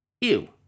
Ew